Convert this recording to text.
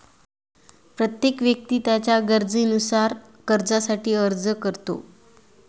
प्रत्येक व्यक्ती त्याच्या गरजेनुसार कर्जासाठी अर्ज करतो